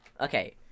Okay